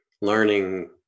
learning